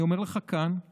אני אומר לך כאן,